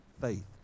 faith